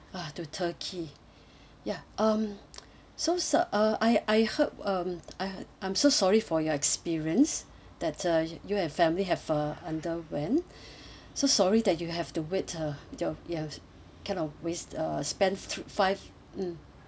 ah to turkey ya um so sir uh I I heard um I I'm so sorry for your experience that uh you and family have uh underwent so sorry that you have to wait uh your you've kind of waste uh spent thre~ five mm